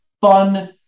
fun